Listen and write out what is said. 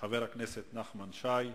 חבר הכנסת נחמן שי,